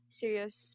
serious